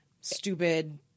stupid